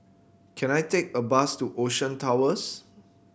can I take a bus to Ocean Towers